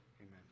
Amen